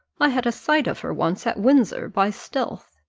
i had a sight of her once at windsor, by stealth.